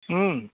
ও